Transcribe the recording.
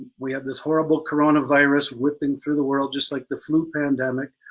we have this horrible coronavirus whipping through the world just like the flu pandemic,